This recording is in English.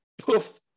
poof